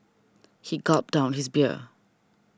he gulped down his beer